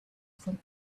from